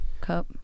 cup